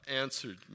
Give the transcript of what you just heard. answered